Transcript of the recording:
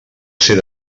ser